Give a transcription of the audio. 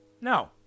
No